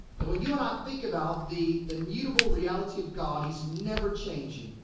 and when you and i think about the immutable reality of god he's never changing.